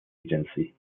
agency